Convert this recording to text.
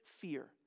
fear